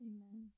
Amen